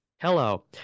Hello